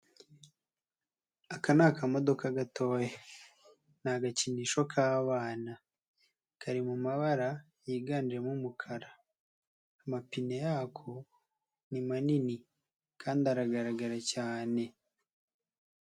Aka ni akamodoka gatoya. Ni agakinisho k'abana. Kari mu mabara yiganjemo umukara. Amapine yako ni manini kandi aragaragara cyane.